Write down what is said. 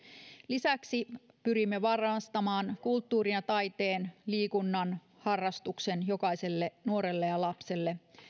lisäksi pyrimme varmistamaan kulttuurin ja taiteen liikunnan harrastuksen jokaiselle nuorelle ja lapselle